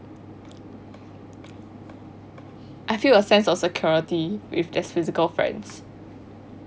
I feel a sense of security with physical friends